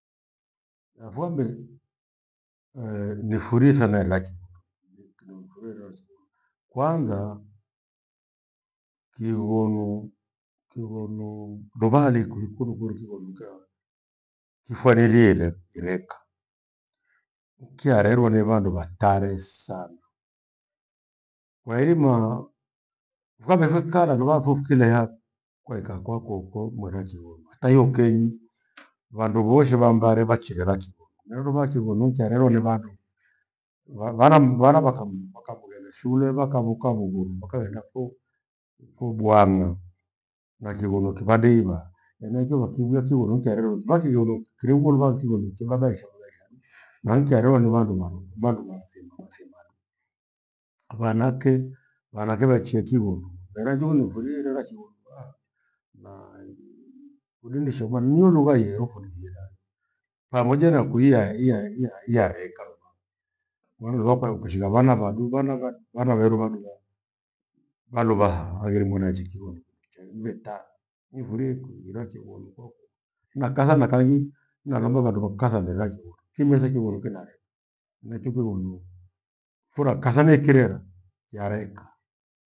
Laphuambei nifurie sana egha chighonu, nimfurie irera chighonu. Kwanza kighonu, kighonu luva halikwi ikunu kunu kighonu ghea kifwalilie ele ereka. Kyarerwa ni vandu watare sana. Kwairima vamevuikaa na luva thuthi kilea, kwaikaa kwako ukoo mweracho iwema ata hiwo kenyi vandu voshe va mbare vachirera kighonu. Meruruva kighonu chaherwa ni vandu, vana- vana vakam vakavughenda shule vakavu kavu vughono vakaghendapho huko bwang'a na kighonu kipande hiva. Henachio vakiwia kighonu kyrerwa kivo vakighonu kireghue luva ni kighonu kibabaisha babaisha dui na nkya rerwa ni vandu marughu. Mandu wathima wathima du vanake, vanake vyachia kighonu. Mera kiyo nifurie irera chighonu ha idundishe imani hiyo lugha yerura fundi githani pamoja na kuiya- iya- iya iyareka luvaha. Mweru lupa wakushigha vana vadu vana vadu vana veru vadughaa valuvaha hangire mwananjiki kighonu kindu kichaa igwetaa nifurie ikwirera chighonu kwaku na nakala nakahi nalomba vandu vakatha rera kighonu kighetha kighonu kinareka. Neki kighonu fura kathane ikirera kyareka.